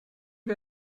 wir